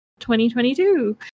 2022